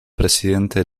presidente